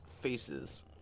faces